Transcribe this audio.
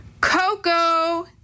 Coco